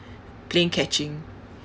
playing catching